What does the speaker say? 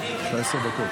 נכבדה,